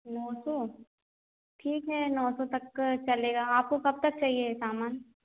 नौ सौ ठीक है नौ सौ तक चलेगा आपको कब तक चाहिए सामान